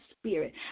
spirit